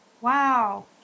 Wow